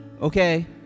okay